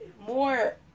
more